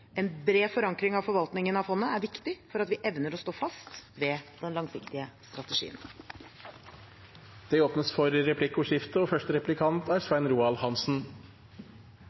En bred forankring av forvaltningen av fondet er viktig for at vi evner å stå fast ved den langsiktige strategien. Det blir replikkordskifte. Med en aksjeandel på 70 pst. er